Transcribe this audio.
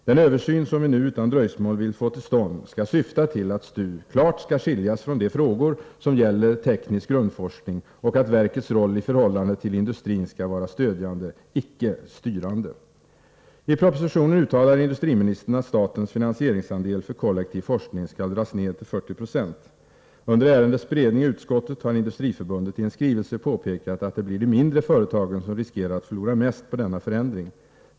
Den översyn som vi nu utan dröjsmål vill få till stånd skall syfta till att STU klart skall skiljas från de frågor som gäller teknisk grundforskning och att verkets roll i förhållande till industrin skall vara stödjande — icke styrande! I propositionen uttalar industriministern att statens finansieringsandel för kollektiv forskning skall dras ned till 40 20. Under ärendets beredning i utskottet har Industriförbundet i en skrivelse påpekat att det blir de mindre företagen som riskerar att förlora mest på denna förändring.